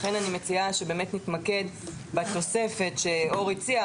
לכן אני מציעה שבאמת נתמקד בתוספת שאור הציע,